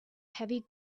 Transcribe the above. heavy